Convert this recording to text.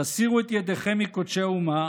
תסירו את ידיכם מקודשי האומה